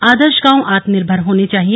आदर्श गांव आत्मनिर्भर होने चाहिए